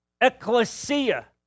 Ecclesia